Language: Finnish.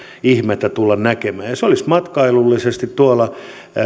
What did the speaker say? ihmettä tulla näkemään se olisi matkailullisesti tuolla